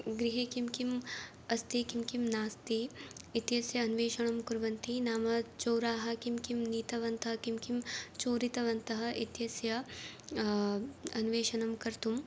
गृहे किं किम् अस्ति किं किं नास्ति इत्यस्य अन्वेषणं कुर्वन्ति नाम चोराः किं किं नीतवन्तः किं किं चोरितवन्तः इत्यस्य अन्वेषणं कर्तुं